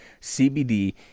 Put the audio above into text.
cbd